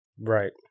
Right